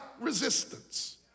resistance